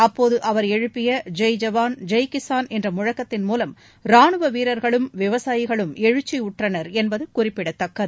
அப்போது அவர் எழுப்பிய ஜெய் ஜவான் ஜெய் கிஸான் என்ற முழக்கத்தின் மூலம் ரானுவ வீரர்களும் விவசாயிகளும் எழுச்சியுற்றனர் என்பது குறிப்பிடத்தக்கது